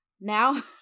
now